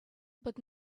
but